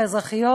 והאזרחיות,